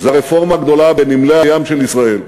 הרפורמה הגדולה בנמלי הים של ישראל.